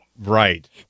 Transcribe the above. Right